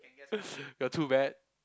you're too bad